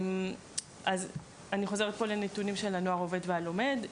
אז אני חוזרת לנתונים של ׳הנוער העובד והלומד׳,